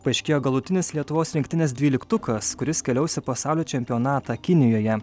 paaiškėjo galutinis lietuvos rinktinės dvyliktukas kuris keliaus į pasaulio čempionatą kinijoje